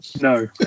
No